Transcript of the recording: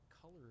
color